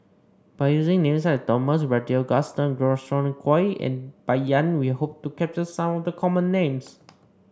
by using names such as Thomas Braddell Gaston Dutronquoy and Bai Yan we hope to capture some of the common names